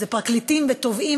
זה פרקליטים ותובעים,